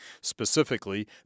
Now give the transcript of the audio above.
Specifically